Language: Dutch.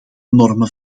normen